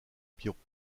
pierrot